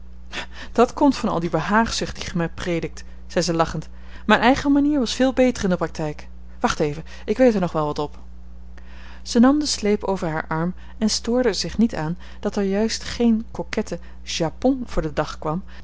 dat komt al van die behaagzucht die gij mij predikt zei ze lachend mijne eigene manier was veel beter in de praktijk wacht even ik weet er nog wel wat op zij nam den sleep over haar arm en stoorde er zich niet aan dat er juist geen coquette japon voor den dag kwam